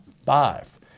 Five